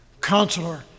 Counselor